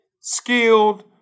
skilled